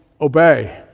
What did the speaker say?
obey